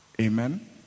Amen